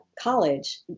college